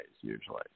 usually